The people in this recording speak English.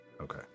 Okay